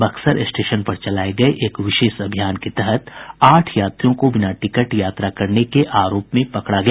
Buxar station पर चलाये गये एक विशेष अभियान के तहत आठ यात्रियो को बिना टिकट यात्रा करने के आरोप में पकड़ा गया